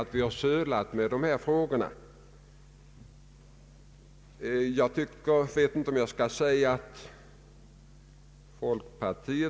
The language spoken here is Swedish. Det råder inget tvivel om att vi gärna ser en utveckling som bjuder ett större mått av harmoni.